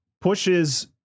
pushes